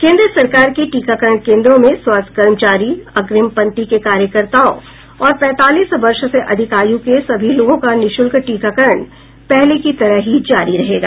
केंद्र सरकार के टीकाकरण केंद्रों में स्वास्थ्य कर्मचारी अग्निम पंक्ति के कार्यकर्ताओं और पैंतालीस वर्ष से अधिक आयु के सभी लोगों का निःशुल्क टीकाकरण पहले की तरह ही जारी रहेगा